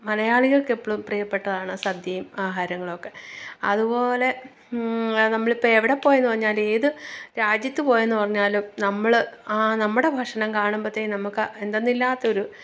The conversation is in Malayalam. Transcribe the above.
മലയാളികള്ക്കെപ്പോഴും പ്രീയപ്പെട്ടതാണ് സദ്യയും ആഹാരങ്ങളുമൊക്കെ അതുപോലെ നമ്മളിപ്പോൾ എവിടെപ്പോയെന്നു പറഞ്ഞാലും ഏതു രാജ്യത്തുപോയെന്നു പറഞ്ഞാലും നമ്മൾ ആ നമ്മുടെ ഭക്ഷണം കാണുമ്പോഴത്തേന് നമുക്ക് എന്തെന്നില്ലാത്തൊരു